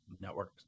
network